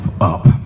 up